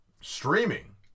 streaming